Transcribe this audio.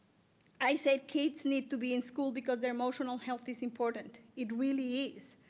i say kids need to be in school because their emotional health is important, it really is.